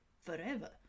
forever